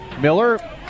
Miller